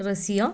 Raziya